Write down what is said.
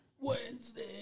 Wednesday